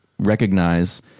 Recognize